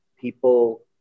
people